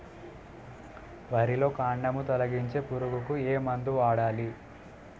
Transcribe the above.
వరిలో కాండము తొలిచే పురుగుకు ఏ మందు వాడాలి?